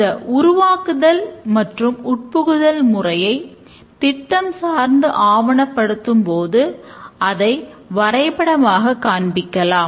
இந்த உருவாக்குதல் மற்றும் உட்புகுத்துதல் முறையை திட்டம் சார்ந்து ஆவணப்படுதும்போது அதை வரைபடமாக காண்பிக்கலாம்